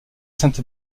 sainte